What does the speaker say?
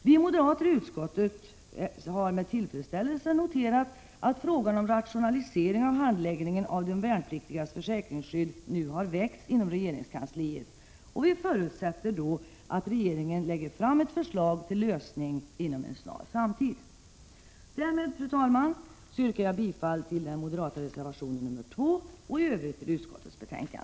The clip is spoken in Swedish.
Vi moderater i utskottet har med tillfredsställelse noterat att frågan om rationalisering av handläggningen av de värnpliktigas försäkringsskydd nu har väckts inom regeringskansliet, och vi förutsätter att regeringen lägger fram ett förslag till lösning inom en snar framtid. Därmed, fru talman, yrkar jag bifall till den moderata reservationen nr 2 och i övrigt till utskottets hemställan.